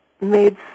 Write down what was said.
made